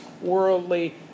worldly